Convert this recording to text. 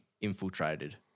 infiltrated